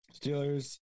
Steelers